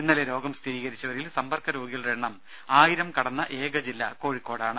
ഇന്നലെ രോഗം സ്ഥിരീകരിച്ചവരിൽ സമ്പർക്ക രോഗികളുടെ എണ്ണം ആയിരം കടന്ന ഏകജില്ല കോഴിക്കോടാണ്